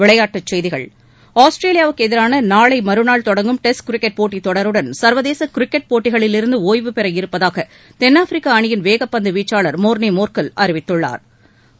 விளையாட்டுச் செய்திகள் ஆஸ்திரேலியாவுக்கு எதிரான நாளை மறுநாள் தொடங்கும் டெஸ்ட் கிரிக்கெட் போட்டித் தொடருடன் சர்வதேச கிரிக்கெட் போட்டிகளிலிருந்து ஒய்வு பெற இருப்பதாக தென்னாப்பிரிக்க அணியின் வேகப்பந்து வீச்சாளா் மோா்னே மோா்கல் அறிவித்துள்ளாா்